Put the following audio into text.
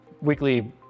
weekly